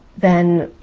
then, you